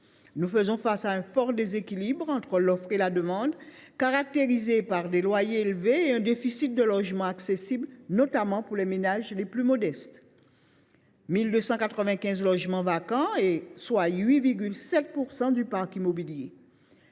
Nous faisons face à un fort déséquilibre entre l’offre et la demande, caractérisée par des loyers élevés et un déficit de logements accessibles, notamment pour les ménages les plus modestes. 1 295 logements sont vacants, soit 8,7 % du parc immobilier.